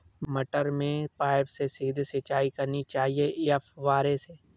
मटर में पाइप से सीधे सिंचाई करनी चाहिए या फुहरी से?